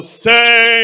say